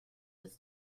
was